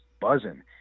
buzzing